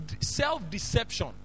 self-deception